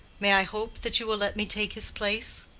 may i hope that you will let me take his place?